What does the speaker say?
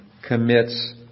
Commits